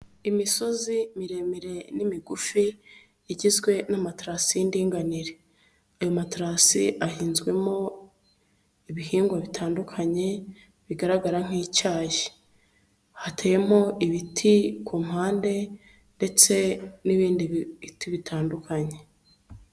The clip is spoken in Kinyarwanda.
Imisozi miremire n'imigufi igizwe n'amaterasi y'indinganire, aya materasi ahinzwemo ibihingwa bitandukanye bigaragara nk'icyayi, hateyemo ibiti ku mpande ndetse n'ibindi biti bitandukanye.